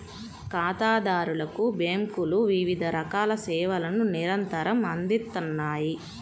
ఖాతాదారులకు బ్యేంకులు వివిధ రకాల సేవలను నిరంతరం అందిత్తన్నాయి